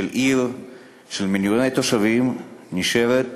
של עיר של מיליוני תושבים שנשארת